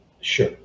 Sure